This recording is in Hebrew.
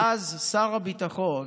ואז שר הביטחון